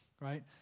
right